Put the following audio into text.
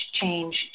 change